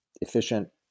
Efficient